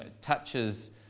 touches